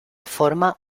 forma